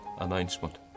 announcement